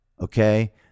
Okay